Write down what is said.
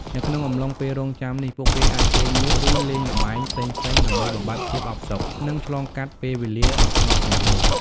នៅក្នុងអំឡុងពេលរង់ចាំនេះ ពួកគេអាចគេងលក់ ឬលេងល្បែងផ្សេងៗដើម្បីបំបាត់ភាពអផ្សុក និងឆ្លងកាត់ពេលវេលាដ៏ស្ងប់ស្ងាត់នោះ។